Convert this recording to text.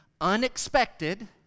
unexpected